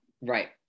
Right